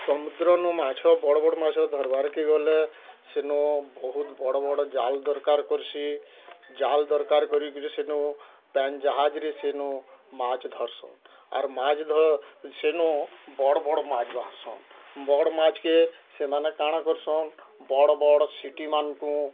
ସମୁଦ୍ରନୁ ମାଛ ବଡ଼ ବଡ଼ ମାଛ ଧରବାର୍କେ ଗଲେ ସେନୁ ବହୁତ ବଡ଼ ବଡ଼ ଜାଲ ଦରକାର କର୍ସି ଜାଲ ଦରକାର କରିକିରି ସେନୁ ପାନି ଜାହାଜରେ ସେନୁ ମାଛ ଧର୍ସୁଁ ଆର୍ ମାଛ ଧର ସେନୁ ବଡ଼ ବଡ଼ ମାଛ ବାହାରସନ୍ ବଡ଼ ମାଛ୍କେ ସେମାନେ କାଣା କରୁସନ୍ ବଡ଼ ବଡ଼ ସିଟିମାନଙ୍କୁ